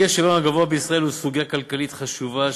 האי-שוויון הגבוה בישראל הוא סוגיה כלכלית חשובה,